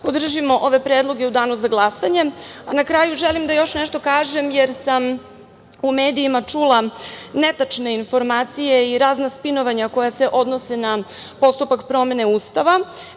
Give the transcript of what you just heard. podržimo ove predloge u danu za glasanje. Na kraju želim još nešto da kažem, jer sam u medijima čula netačne informacije i razna spinovanja koja se odnose na postupak promene Ustava,